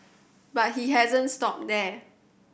but he hasn't stopped there